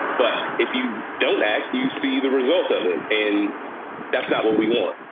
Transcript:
but if you don't act, you see the result of it. and that's not what we want.